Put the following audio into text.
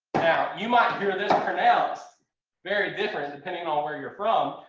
you might hear this pronounced very different depending on where you're from.